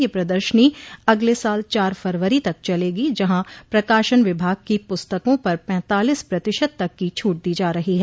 यह प्रदर्शनी अगले साल चार फरवरी तक चलेगी जहां प्रकाशन विभाग की पुस्तकों पर पैतालीस प्रतिशत तक की छूट दी जा रही है